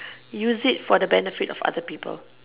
use it for the benefit of other people